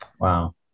Wow